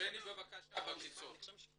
בני בבקשה בקיצור.